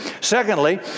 Secondly